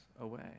away